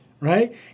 right